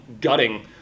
gutting